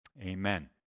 Amen